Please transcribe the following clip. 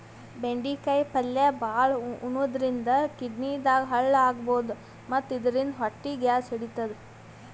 ಬೆಂಡಿಕಾಯಿ ಪಲ್ಯ ಭಾಳ್ ಉಣಾದ್ರಿನ್ದ ಕಿಡ್ನಿದಾಗ್ ಹಳ್ಳ ಆಗಬಹುದ್ ಮತ್ತ್ ಇದರಿಂದ ಹೊಟ್ಟಿ ಗ್ಯಾಸ್ ಹಿಡಿತದ್